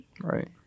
Right